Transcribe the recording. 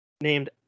Named